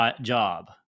job